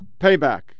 payback